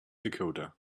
dakota